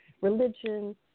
religion